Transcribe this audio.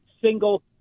single